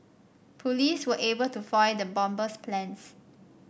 police were able to foil the bomber's plans